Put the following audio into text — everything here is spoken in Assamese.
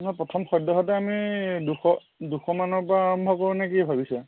নহয় প্ৰথম সদ্যহতে আমি দুশ দুশমানৰ পৰা আৰম্ভ কৰোঁ নে কি ভাবিছে